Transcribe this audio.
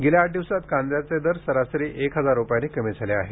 गेल्या आठ दिवसांत कांद्याचे दर सरासरी एक हजार रूपयांनी कमी झाले आहेत